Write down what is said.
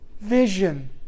vision